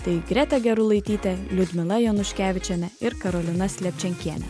tai greta gerulaitytė liudmila januškevičienė ir karolina slepčenkienė